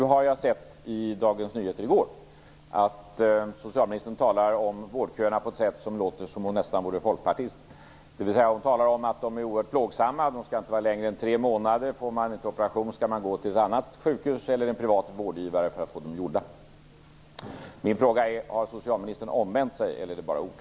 Nu har jag sett i gårdagens Dagens Nyheter att socialministern talar om vårdköerna på ett sätt som nästan får det att låta som om hon vore folkpartist. Hon talar om att de är oerhört plågsamma, att de inte skall vara längre än tre månader och att man om man inte får operation skall gå till ett annat sjukhus eller en privat vårdgivare för att få den gjord. Min fråga är: Har socialministern omvänt sig, eller är det bara ord?